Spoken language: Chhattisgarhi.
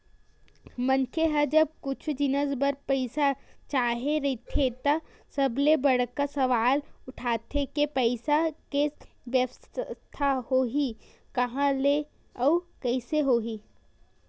मनखे ल जब कुछु जिनिस बर पइसा चाही रहिथे त सबले बड़का सवाल उठथे के पइसा के बेवस्था होही काँहा ले अउ कइसे होही